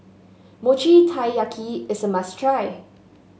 Mochi Taiyaki is a must try